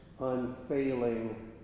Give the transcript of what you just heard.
unfailing